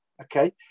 okay